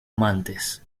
amantes